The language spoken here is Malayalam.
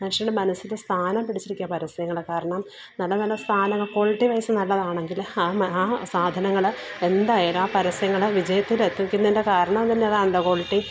മനുഷ്യന്റെ മനസ്സിന്റെ സ്ഥാനം പിടിച്ചിരിക്കുകയാ പരസ്യങ്ങൾ കാരണം നല്ല നല്ല സാധനം ക്വാളിറ്റിവൈസ് നല്ലതാണെങ്കിൽ ആ ആ സാധനങ്ങൾ എന്തായാലും ആ പരസ്യങ്ങൾ വിജയത്തിൽ എത്തിക്കുന്നതിന്റെ കാരണം തന്നെ അതാണതിന്റെ ക്വാളിറ്റി